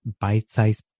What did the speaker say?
bite-sized